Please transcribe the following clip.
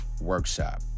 Workshop